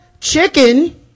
chicken